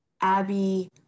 Abby